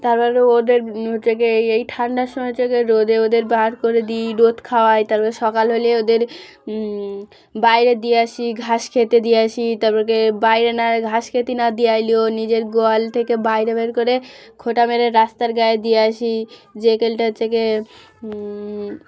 তারপরে ওদের ওদেরকে এই এই ঠান্ডার সময় হচ্ছেকে রোদে ওদের বার করে দিই রোদ খাওয়াই তারপরে সকাল হলে ওদের বাইরে দিয়ে আসি ঘাস খেতে দিয়ে আসি তারপর গিয়ে বাইরে না ঘাস খেতে না দিয়ে আইলেও নিজের গোয়াল থেকে বাইরে বের করে খোটা মেরে রাস্তার গায়ে দিয়ে আসি যে কলটা হচ্ছে গিয়ে